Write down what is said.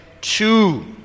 two